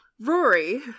Rory